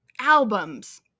albums